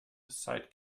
aside